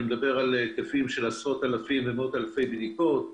אני מדבר על היקפים של עשרות ומאות אלפי בדיקות.